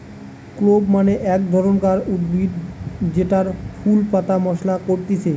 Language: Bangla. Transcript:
ক্লোভ মানে এক ধরণকার উদ্ভিদ জেতার ফুল পাতা মশলা করতিছে